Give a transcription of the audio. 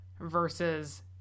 versus